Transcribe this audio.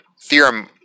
theorem